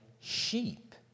sheep